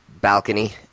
balcony